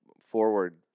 forward